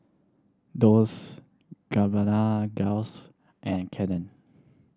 Dolce Gabbana Dells and Canon